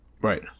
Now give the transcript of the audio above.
Right